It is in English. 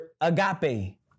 agape